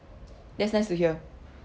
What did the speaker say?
that's nice to hear